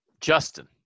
Justin